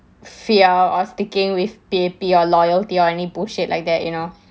fear or sticking with P_A_P or loyalty or any bullshit like that you know